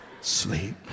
sleep